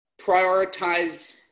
prioritize